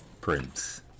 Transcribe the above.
Prince